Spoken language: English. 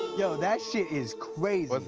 yo, that shit is crazy.